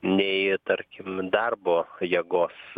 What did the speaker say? nei tarkim darbo jėgos